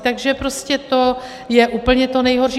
Takže prostě to je úplně to nejhorší.